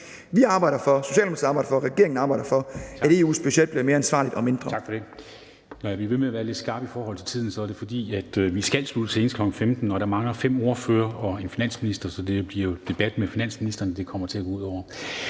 Vi arbejder for, Socialdemokratiet arbejder for, regeringen arbejder for, at EU's budget bliver mere ansvarligt og mindre.